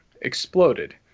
exploded